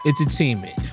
entertainment